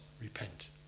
repent